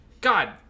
God